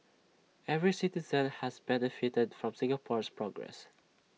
every citizen has benefited from Singapore's progress